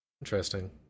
interesting